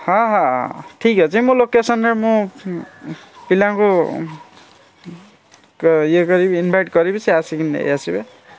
ହଁ ହଁ ଠିକ୍ ଅଛି ମୁଁ ଲୋକେସନ୍ରେ ମୁଁ ପିଲାଙ୍କୁ କ ଇଏ କରିକି ଇନଭାଇଟ୍ କରିବି ସେ ଆସିକି ନେଇଆସିବେ